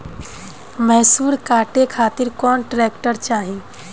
मैसूर काटे खातिर कौन ट्रैक्टर चाहीं?